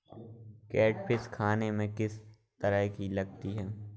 Catfish खाने में किस तरह की लगती है?